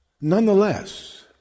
nonetheless